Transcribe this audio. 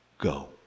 Go